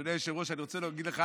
אדוני היושב-ראש, אני רוצה להגיד לך